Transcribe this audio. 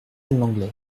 l’anglais